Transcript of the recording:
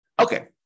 Okay